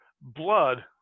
blood